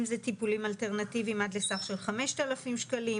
אם זה טיפולים אלטרנטיביים עד לסך של 5,000 שקלים,